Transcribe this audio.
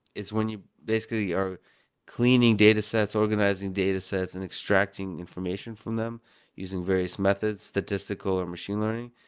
it's when you basically are cleaning datasets, organizing datasets and extracting information from them using various methods, statistical or machine learning.